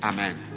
Amen